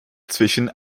zwischen